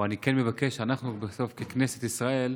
או שאני כן מבקש שאנחנו בסוף, ככנסת ישראל,